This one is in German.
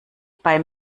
bei